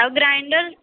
ଆଉ ଗ୍ରାଇଣ୍ଡର୍